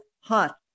hot